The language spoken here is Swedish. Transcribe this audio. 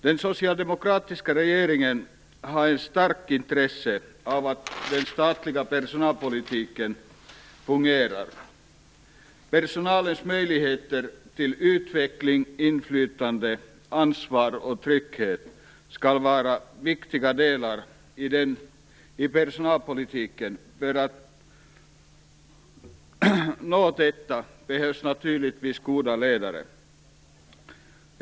Den socialdemokratiska regeringen har ett starkt intresse av att den statliga personalpolitiken fungerar. Personalens möjligheter till utveckling, inflytande, ansvar och trygghet skall vara viktiga delar i personalpolitiken. För att uppnå detta behövs naturligtvis goda ledare.